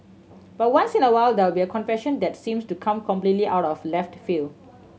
but once in a while there will be a confession that seems to come completely out of left field